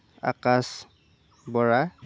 Akash Bora